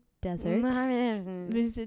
Desert